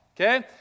Okay